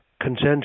consensus